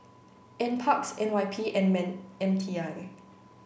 NPARKS N Y P and M T I